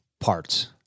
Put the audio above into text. parts